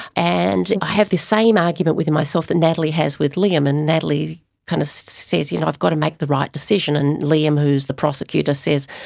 and i have the same argument with myself that natalie has with liam, and natalie kind of says, you know, i've got to make the right decision and liam who is the prosecutor, says,